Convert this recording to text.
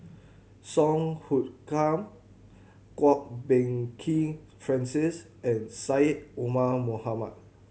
Song Hoot Kiam Kwok Peng Kin Francis and Syed Omar Mohamed